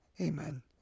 Amen